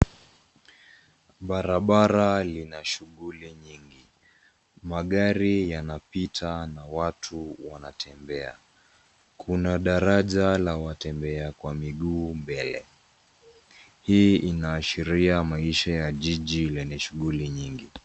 Barabara lina shughuli nyingi, magari yanapita na watu wanatembea,. Kuna daraja la watembea kwa miguu mbele, hii inaashiria maisha ya jiji lenye shughuli nyingi.